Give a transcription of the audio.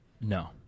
no